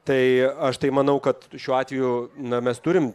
tai aš tai manau kad šiuo atveju na mes turim